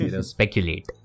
speculate